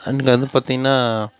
எனக்கு வந்து பார்த்திங்கனா